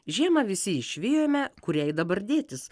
žiemą visi išvijome kur jai dabar dėtis